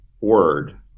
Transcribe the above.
word